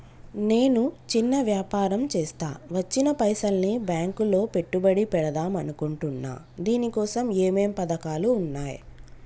నేను చిన్న వ్యాపారం చేస్తా వచ్చిన పైసల్ని బ్యాంకులో పెట్టుబడి పెడదాం అనుకుంటున్నా దీనికోసం ఏమేం పథకాలు ఉన్నాయ్?